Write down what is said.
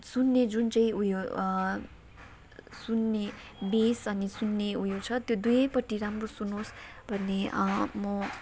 सुन्ने जुन चाहिँ उयो सुन्ने बेस अनि सुन्ने उयो छ त्यो दुवैपट्टि राम्रो सुनोस् भन्ने म